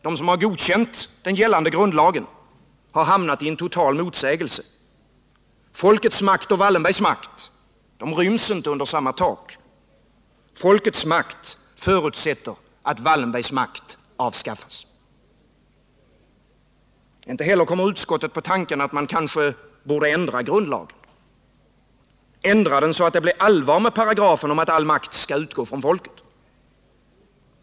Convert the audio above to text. De som har godkänt den gällande grundlagen har hamnat i en total motsägelse. Folkets makt och Wallenbergs mäkt ryms inte under samma tak. Folkets makt förutsätter att Wallenbergs makt avskaffas. Inte heller kommer utskottet på tanken att man kanske borde ändra grundlagen, ändra den så att det blev allvar med paragrafen om att all makt skall utgå från folket.